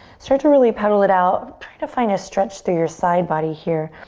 start to really pedal it out. try to find a stretch to your side body here.